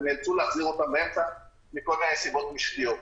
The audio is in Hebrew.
ונאלצו להחזיר אותם באמצע מכל מיני סיבות משקיות.